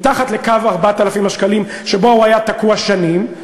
מתחת לקו 4,000 שקלים שבו הוא היה תקוע שנים,